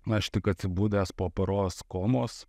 na aš tik atsibudęs po paros komos